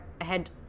ahead